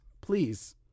please